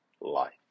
life